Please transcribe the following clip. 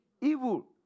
Evil